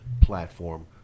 platform